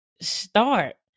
start